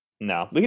No